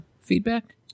feedback